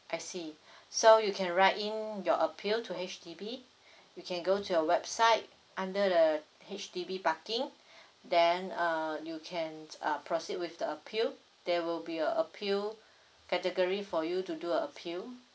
I see so you can write in your appeal to H_D_B you can go to the website under the H_D_B parking then uh you can uh proceed with the appeal there will be a appeal category for you to do a appeal